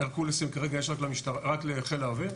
הרקולסים כרגע יש רק לחיל האוויר.